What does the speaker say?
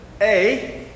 A-